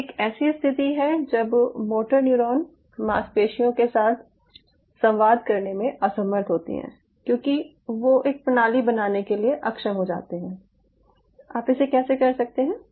ये एक ऐसी स्थिति है जब मोटर न्यूरॉन मांसपेशियों के साथ संवाद करने में असमर्थ होती है क्योंकि वो एक प्रणाली बनाने के लिए अक्षम हो जाते हैं आप इसे कैसे कर सकते हैं